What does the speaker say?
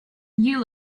you